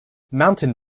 mountain